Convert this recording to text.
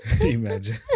Imagine